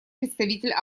представитель